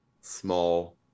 small